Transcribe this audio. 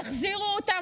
תחזירו אותם.